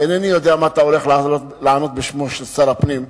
ואינני יודע מה אתה הולך לענות בשמו של שר הפנים,